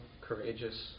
courageous